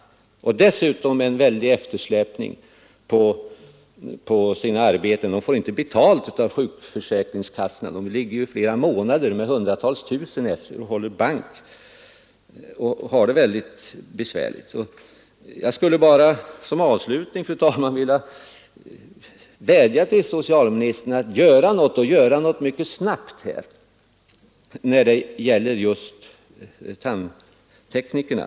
Dessutom får de vidkännas en väldig eftersläpning med betalningen från försäkringskassorna. De ligger ute med hundratusentals kronor och håller bank flera månader. Jag skulle som avslutning, fru talman, vilja vädja till socialministern att göra någonting och göra det mycket snabbt när det gäller just tandteknikerna.